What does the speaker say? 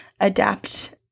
adapt –